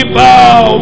bow